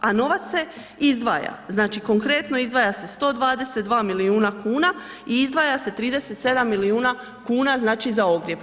A novac se izdvaja, znači konkretno, izdvaja se 11 milijuna kuna i izdvaja se 37 milijuna kuna, znači za ogrjev.